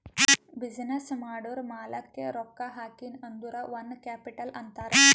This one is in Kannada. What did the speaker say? ಬಿಸಿನ್ನೆಸ್ ಮಾಡೂರ್ ಮಾಲಾಕ್ಕೆ ರೊಕ್ಕಾ ಹಾಕಿನ್ ಅಂದುರ್ ಓನ್ ಕ್ಯಾಪಿಟಲ್ ಅಂತಾರ್